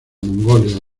mongolia